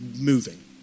moving